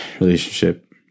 relationship